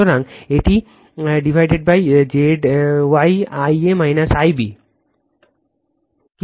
সুতরাং এটিZy Ia - Ib